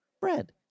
bread